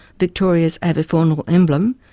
victoria's avifaunal emblem,